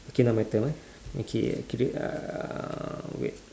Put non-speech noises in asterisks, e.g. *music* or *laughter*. *breath* okay lah my turn [ah]okay keep it uh wait